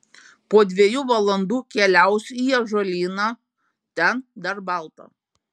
po dviejų valandų keliausiu į ąžuolyną ten dar balta